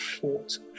fought